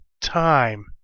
time